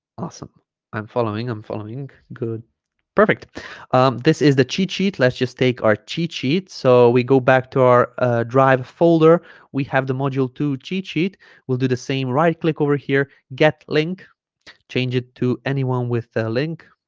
awesome i'm following i'm following good perfect this is the cheat sheet let's just take our cheat sheet so we go back to our drive folder we have the module two cheat sheet we'll do the same right click over here get link change it to anyone with a link